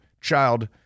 child